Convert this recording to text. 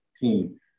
team